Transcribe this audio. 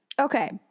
Okay